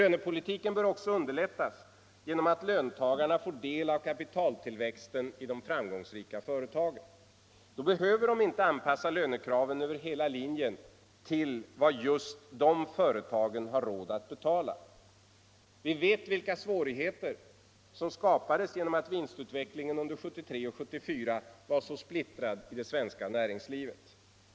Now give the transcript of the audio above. Lönepolitiken bör också underlättas genom att löntagarna får del av kapitaltillväxten i de framgångsrika företagen. Då behöver de inte anpassa lönekraven över hela linjen till vad just dessa företag har råd att betala. Vi vet vilka svårigheter som skapades genom att vinstutvecklingen under 1973-1974 var så splittrad.